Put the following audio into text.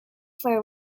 for